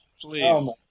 Please